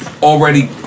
Already